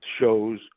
shows